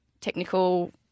technical